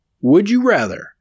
Would-you-rather